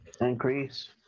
increase